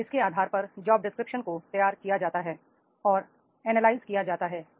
अब इसके आधार पर जॉबडिस्क्रिप्शन को तैयार किया जाता है और एनालाइज किया जाता है